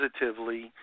positively